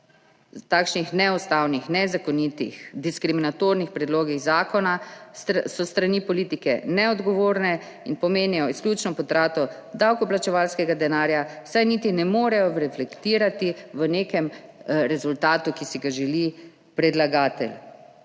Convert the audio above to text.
takšnih neustavnih, nezakonitih, diskriminatornih predlogih zakona s strani politike neodgovorne in pomenijo izključno potrato davkoplačevalskega denarja, saj niti ne morejo reflektirati v nekem rezultatu, ki si ga želi predlagatelj.